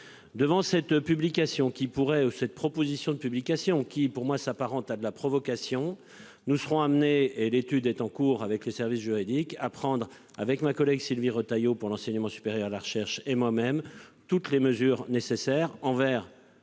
où cette proposition de publication qui pour moi s'apparente à de la provocation, nous serons amenés et d'étude est en cours avec le service juridique à prendre avec ma collègue, Sylvie Retailleau pour l'enseignement supérieur, la recherche et moi-même toutes les mesures nécessaires, envers